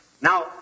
Now